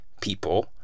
people